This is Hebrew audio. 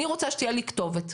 אני רוצה שתהיה לי כתובת,